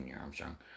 Armstrong